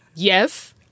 Yes